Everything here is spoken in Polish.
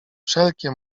wszelkie